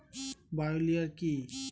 Bio লিওর কি?